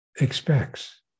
expects